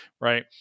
Right